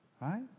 Right